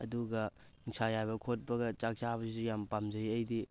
ꯑꯗꯨꯒ ꯅꯨꯡꯁꯥ ꯌꯥꯏꯕ ꯈꯣꯠꯄꯒ ꯆꯥꯛ ꯆꯥꯕꯁꯤꯁꯨ ꯌꯥꯝ ꯄꯥꯝꯖꯩ ꯑꯩꯗꯤ